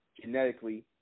genetically